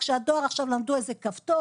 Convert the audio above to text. רק שהדואר עכשיו למדו איזה כפתור,